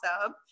awesome